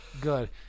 Good